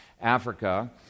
Africa